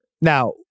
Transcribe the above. Now